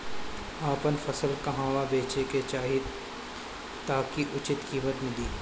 आपन फसल कहवा बेंचे के चाहीं ताकि उचित कीमत मिली?